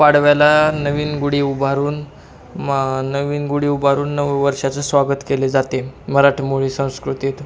पाडव्याला नवीन गुढी उभारून म नवीन गुढी उभारून नववर्षाचं स्वागत केले जाते मराठमोळी संस्कृती